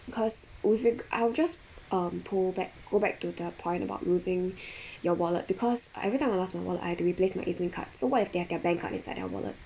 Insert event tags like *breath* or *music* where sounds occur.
because with it I'll just um pull back go back to the point about losing *breath* your wallet because I every time I lost my wallet I had to replace my E_Z link card so what if they have their bank card inside their wallet